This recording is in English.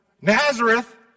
Nazareth